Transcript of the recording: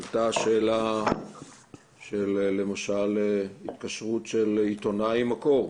עלתה השאלה, למשל, על התקשרות של עיתונאי עם מקור.